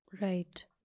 Right